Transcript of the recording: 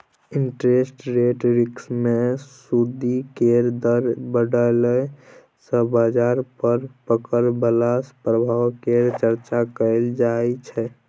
interest rate risk मे सूदि केर दर बदलय सँ बजार पर पड़य बला प्रभाव केर चर्चा कएल जाइ छै